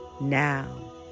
Now